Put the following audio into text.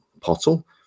Pottle